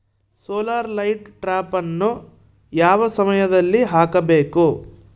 Solar light ಟ್ರಾಪನ್ನು ಯಾವ ಸಮಯದಲ್ಲಿ ಹಾಕಬೇಕು?